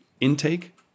intake